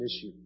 issue